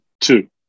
Two